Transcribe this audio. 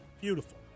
beautiful